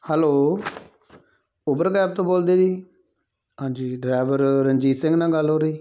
hello Uber cab ਤੋਂ ਬੋਲਦੇ ਜੀ ਹਾਂਜੀ ਡਰਾਈਵਰ ਰਣਜੀਤ ਸਿੰਘ ਨਾਲ਼ ਗੱਲ ਹੋ ਰਹੀ